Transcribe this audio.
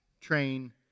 train